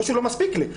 לא שהוא לא מספיק לי.